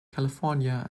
california